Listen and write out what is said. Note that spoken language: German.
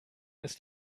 ist